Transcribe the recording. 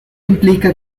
implica